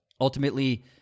ultimately